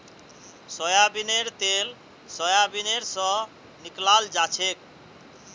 सोयाबीनेर तेल सोयाबीन स निकलाल जाछेक